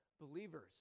believers